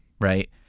right